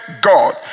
God